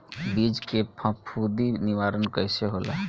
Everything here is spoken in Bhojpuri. बीज के फफूंदी निवारण कईसे होला?